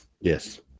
Yes